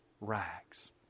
rags